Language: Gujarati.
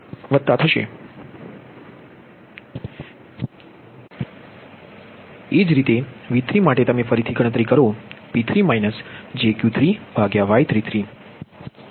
6153 વત્તા છે એ જ રીતે V3 માટે તમે ફરીથી ગણતરી કરો P3 jQ3Y33